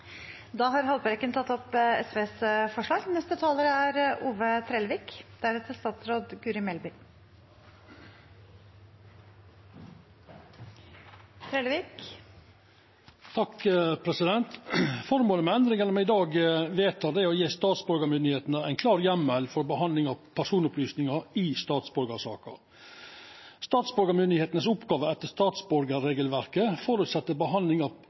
Haltbrekken har tatt opp SVs forslag. Føremålet med endringane me i dag vedtek, er å gje statsborgarmyndigheitene ein klar heimel for behandling av personopplysningar i statsborgarsaker. Statsborgarmyndigheitene sine oppgåver etter statsborgarregelverket føreset behandling